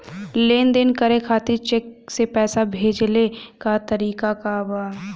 लेन देन करे खातिर चेंक से पैसा भेजेले क तरीकाका बा?